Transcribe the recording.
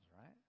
right